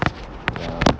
wait ah